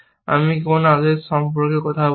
আমি কোন আদেশ সম্পর্কে কথা বলছি